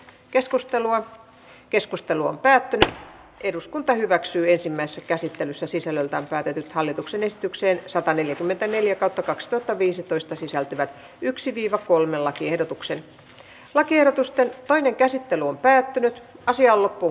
keskustelua keskusteluun päätti eduskunta hyväksyi ensimmäisessä käsittelyssä sisällöltään päätetyt hallituksen esitykseen sataneljäkymmentäneljätuhattakaksisataaviisitoista sisältyvät yksi viiva kolme lakiehdotuksen lakiehdotusten asian käsittely päättyi